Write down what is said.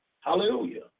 Hallelujah